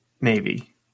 Navy